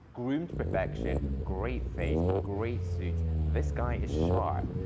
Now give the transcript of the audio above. groomed perfection, great face, great suits. this guy is sharp.